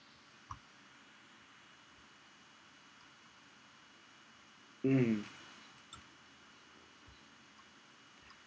mm